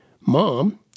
Mom